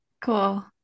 Cool